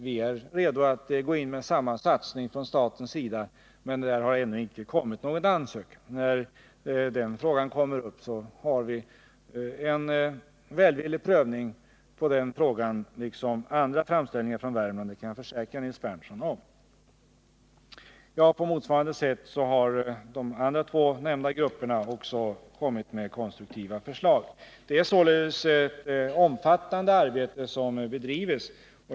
Vi är redo att gå in med motsvarande satsning från statens sida, men det har ännu inte kommit någon ansökan om det. När den frågan kommer upp skall vi göra en välvillig prövning av den liksom av andra framställningar från Värmland, det kan jag försäkra Nils Berndtson. På motsvarande sätt har de båda andra nämnda grupperna också kommit med konstruktiva förslag. Det är således ett omfattande arbete som bedrivs.